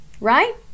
Right